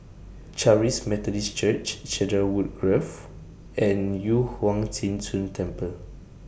Charis Methodist Church Cedarwood Grove and Yu Huang Zhi Zun Temple